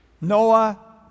Noah